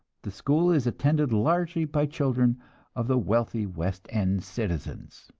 the school is attended largely by children of the wealthy west end citizens.